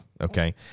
Okay